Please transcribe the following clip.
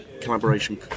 collaboration